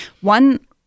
One